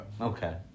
okay